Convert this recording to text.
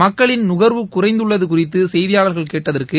மக்களின் நுகர்வு குறைந்துள்ளது குறித்து செய்தியாளர்கள் கேட்டதற்கு